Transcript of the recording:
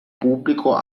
pubblico